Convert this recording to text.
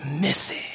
missing